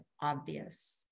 obvious